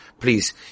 please